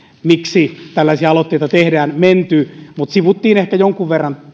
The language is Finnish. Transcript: miksi tällaisia aloitteita tehdään mutta tässä aiemmassa keskustelussa sivuttiin ehkä jonkun verran